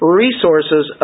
resources